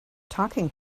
talking